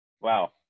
Wow